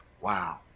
Wow